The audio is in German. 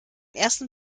ersten